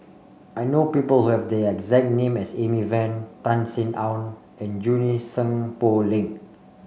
I know people who have the exact name as Amy Van Tan Sin Aun and Junie Sng Poh Leng